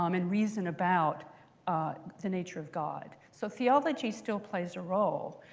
um and reason about the nature of god. so theology still plays a role.